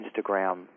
Instagram